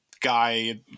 guy